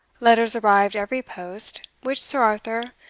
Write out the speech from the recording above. letters arrived every post, which sir arthur,